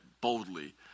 boldly